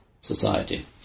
society